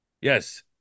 yes